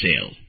sale